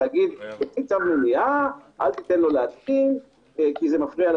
לומר: אל תיתן לו להתקין כי זה מפריע,